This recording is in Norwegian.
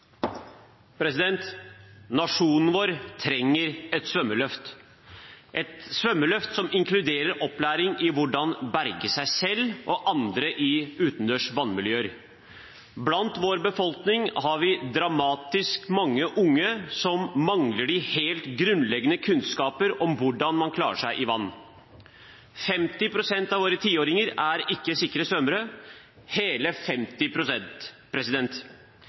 Nasjonen vår trenger et svømmeløft – et svømmeløft som inkluderer opplæring i hvordan berge seg selv og andre i utendørs vannmiljøer. Blant vår befolkning har vi dramatisk mange unge som mangler de helt grunnleggende kunnskaper om hvordan man klarer seg i vann. 50 pst. av våre tiåringer er ikke sikre svømmere – hele